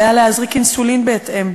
עליה להזריק אינסולין בהתאם.